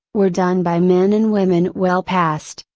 were done by men and women well past,